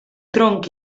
tronc